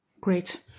Great